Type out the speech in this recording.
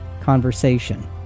conversation